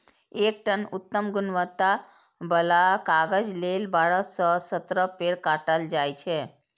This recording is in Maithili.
एक टन उत्तम गुणवत्ता बला कागज लेल बारह सं सत्रह पेड़ काटल जाइ छै